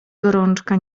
gorączka